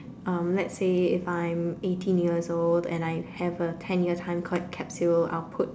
um let's say if I'm eighteen years old and I have a ten year time co~ capsule I'll put